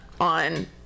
on